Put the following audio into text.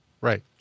right